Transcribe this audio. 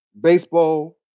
baseball